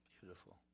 Beautiful